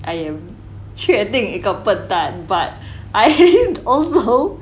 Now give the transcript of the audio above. I am 确定一个笨蛋 but I didn't also